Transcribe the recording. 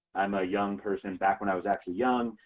i'm a young person, back when i was actually young,